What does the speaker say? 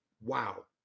Wow